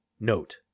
Note